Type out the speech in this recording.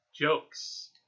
jokes